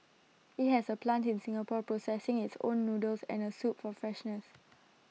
IT has A plant in Singapore processing its own noodles and A soup for freshness